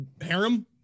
harem